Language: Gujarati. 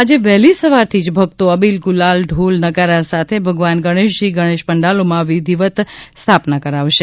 આજે વહેલી સવારથી ભક્તો અબીલ ગુલાલ ઢોલ નગારા સાથે ભગવાન ગણેશજીની ગણેશ પંડાલોમાં વિધિવત સ્થાપના કરાવશે